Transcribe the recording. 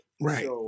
Right